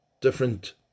different